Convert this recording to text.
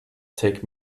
take